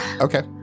Okay